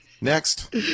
Next